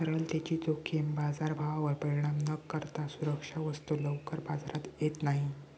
तरलतेची जोखीम बाजारभावावर परिणाम न करता सुरक्षा वस्तू लवकर बाजारात येत नाही